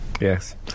Yes